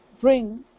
bring